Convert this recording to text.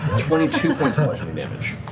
twenty two points of bludgeoning damage.